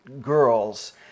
girls